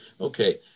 Okay